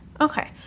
Okay